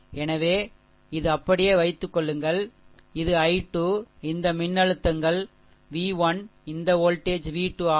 எனவே இது அப்படியே வைத்துக்கொள்ளுங்கள் இது i2 இந்த மின்னழுத்தங்கள் v 1 இந்த வோல்டேஜ் v 2 ஆகும்